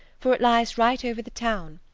for it lies right over the town,